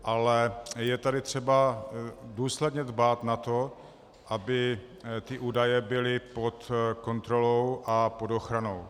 Ale je tady třeba důsledně dbát na to, aby ty údaje byly pod kontrolou a ochranou.